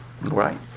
Right